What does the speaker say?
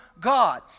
God